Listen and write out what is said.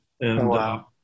Wow